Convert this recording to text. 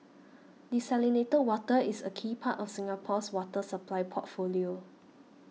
desalinated water is a key part of Singapore's water supply portfolio